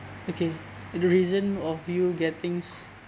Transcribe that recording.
okay and the reason of you getting is